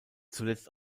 zuletzt